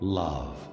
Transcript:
love